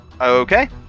Okay